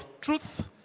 truth